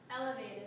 Elevated